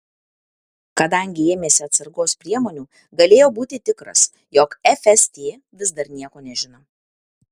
kadangi ėmėsi atsargos priemonių galėjo būti tikras jog fst vis dar nieko nežino